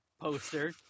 poster